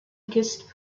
guest